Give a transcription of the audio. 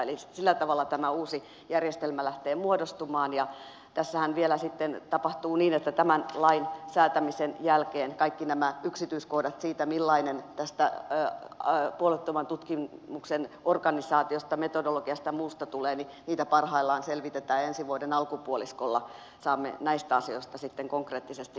eli sillä tavalla tämä uusi järjestelmä lähtee muodostumaan ja tässähän vielä sitten tapahtuu niin että tämän lain säätämisen jälkeen kaikkia näitä yksityiskohtia siitä millainen tästä puolueettoman tutkimuksen organisaatiosta metodologiasta ja muusta tulee parhaillaan selvitetään ja ensi vuoden alkupuoliskolla saamme näistä asioista sitten konkreettisesti lisää tietoa